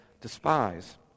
despise